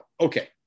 Okay